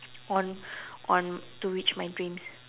on on to reach my dreams